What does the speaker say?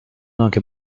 آنکه